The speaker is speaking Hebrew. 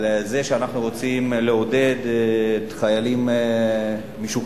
על זה שאנחנו רוצים לעודד חיילים משוחררים,